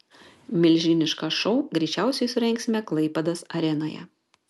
milžinišką šou greičiausiai surengsime klaipėdos arenoje